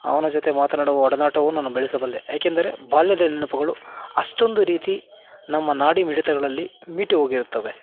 ಅವನ ಜೊತೆ ಮಾತನಾಡುವ ಒಡನಾಟವು ನಾನು ಬೆಳೆಸಬಲ್ಲೆ ಏಕೆಂದರೆ ಬಾಲ್ಯದ ನೆನಪುಗಳು ಅಷ್ಟೊಂದು ರೀತಿ ನಮ್ಮ ನಾಡಿಮಿಡಿತಗಳಲ್ಲಿ ಮೀಟಿ ಹೋಗಿರುತ್ತವೆ